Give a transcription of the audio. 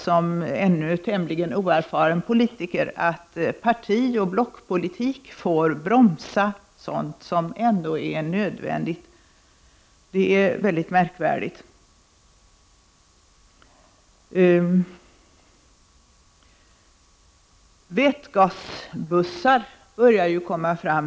Som ännu tämligen oerfaren politiker märker man ofta hur partioch blockpolitik får bromsa sådant som ändå är nödvändigt. Det är mycket märkvärdigt. Vätgasbussar börjar nu tas fram.